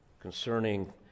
concerning